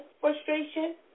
frustration